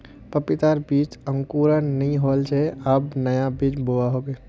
पपीतार बीजत अंकुरण नइ होल छे अब नया बीज बोवा होबे